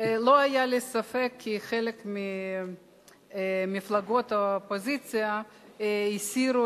לא היה לי ספק שחלק ממפלגות האופוזיציה הסירו